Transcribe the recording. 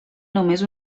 només